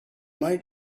might